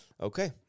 Okay